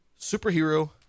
superhero